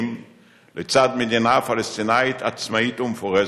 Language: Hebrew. לצד מדינה פלסטינית עצמאית ומפורזת,